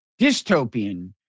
dystopian